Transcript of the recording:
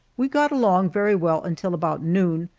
we got along very well until about noon,